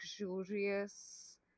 luxurious